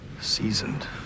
Seasoned